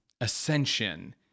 ascension